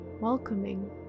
welcoming